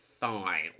thigh